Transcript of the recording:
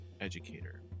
educator